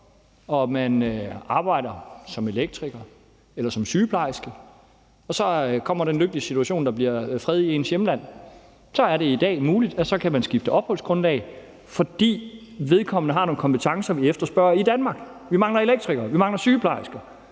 og man arbejder som elektriker eller som sygeplejerske, og der så kommer den lykkelige situation, at der bliver fred i ens hjemland, så er det i dag muligt at skifte opholdsgrundlag, fordi man har nogle kompetencer, vi efterspørger i Danmark. Vi mangler elektrikere, vi mangler sygeplejersker.